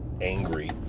angry